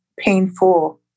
painful